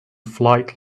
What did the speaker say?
flight